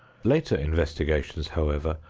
later investigations, however,